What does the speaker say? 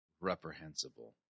reprehensible